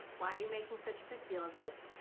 why are you making such a big deal of this?